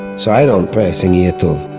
so i don't pray, i sing yihiye tov.